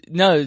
no